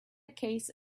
case